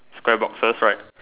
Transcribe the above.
Square boxes right